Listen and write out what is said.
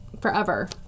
forever